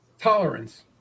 tolerance